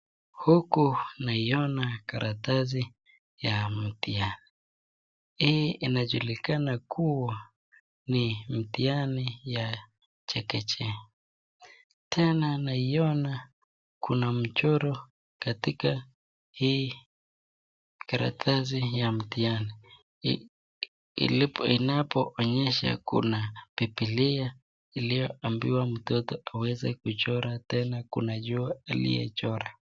Huku naiona karatasi ya mtihani. Hii inajulikana kuwa ni mtihani ya chekechea, tena naiona kuna michoro katika hii karatasi ya mtihani. Inapoonyesha kuna bibilia iliyoambiwa mtoto achore pia kuna jua aliyochora.